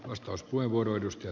arvoisa puhemies